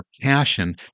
passion